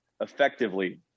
effectively